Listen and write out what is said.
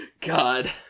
God